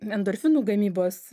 endorfinų gamybos